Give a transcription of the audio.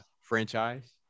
franchise